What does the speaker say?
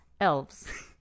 Elves